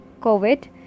COVID